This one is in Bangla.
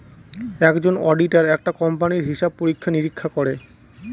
একজন অডিটার একটা কোম্পানির হিসাব পরীক্ষা নিরীক্ষা করে